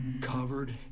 Covered